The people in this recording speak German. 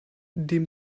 dem